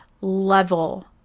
level